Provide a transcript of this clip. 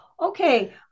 Okay